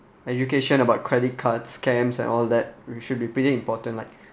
education about credit card scams and all that it should be pretty important like